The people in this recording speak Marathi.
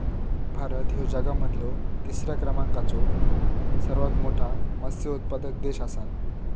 भारत ह्यो जगा मधलो तिसरा क्रमांकाचो सर्वात मोठा मत्स्य उत्पादक देश आसा